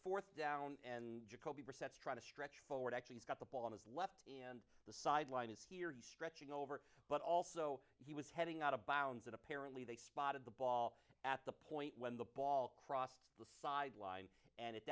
fourth down and try to stretch forward actually he's got the ball on his left and the sideline is here he's stretching over but also he was heading out of bounds and apparently they spotted the ball at the point when the ball crossed the sideline and at